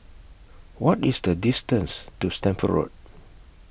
What IS The distance to Stamford Road